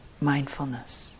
mindfulness